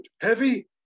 heavy